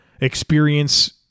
experience